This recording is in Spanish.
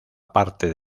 parte